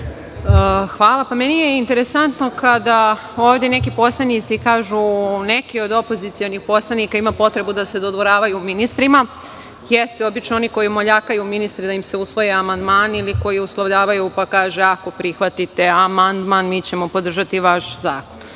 Batić** Meni je interesantno kada ovde neki poslanici kažu, neki od opozicionih poslanika imaju potrebu da se dodvoravaju ministrima, jesu obično oni koji moljakaju ministre da im se usvoje amandmani, ili koji uslovljavaju pa kažu, ako prihvatite amandman, mi ćemo podržati vaš zakon.